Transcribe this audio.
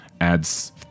adds